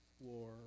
war